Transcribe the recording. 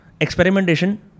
Experimentation